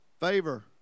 Favor